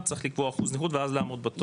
צריך לקבוע אחוז נכות ואז לעמוד בתור.